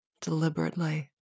deliberately